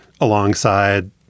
alongside